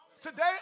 Today